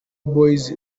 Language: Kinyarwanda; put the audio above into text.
boys